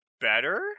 better